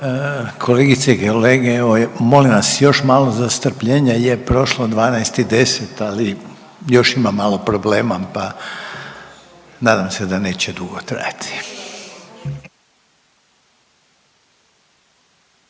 Kolegice i kolege, evo molim vas još malo za strpljenje. Je prošlo 12 i 10, ali još ima malo problema, pa nadam se da neće dugo trajati.